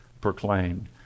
proclaimed